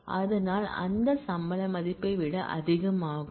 அதனால் அது அந்த சம்பள மதிப்பை விட அதிகமாகும்